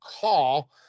call